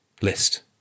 list